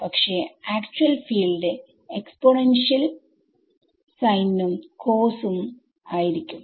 പക്ഷേ actual field exponential sine നും cos ഉം ആയിരിക്കും